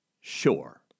Sure